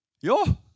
Yo